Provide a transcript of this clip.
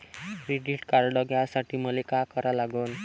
Credit card घ्यासाठी मले का करा लागन?